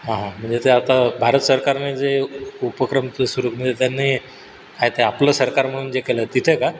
हां हां म्हणजे ते आता भारत सरकारने जे उपक्रम जे सुरू म्हणजे त्यांनी काय ते आपलं सरकार म्हणून जे केलं तिथे का